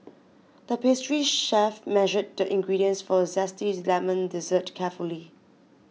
the pastry chef measured the ingredients for a Zesty Lemon Dessert carefully